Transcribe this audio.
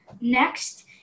Next